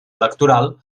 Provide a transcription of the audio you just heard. electoral